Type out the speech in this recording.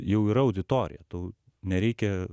jau yra auditorija tau nereikia